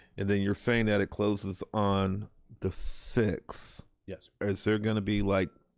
and then you're saying that it closes on the sixth? yes. is there going to be like,